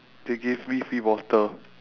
they gave me free water